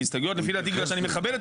כהסתייגויות לפי דעתי בגלל שאני מכבד את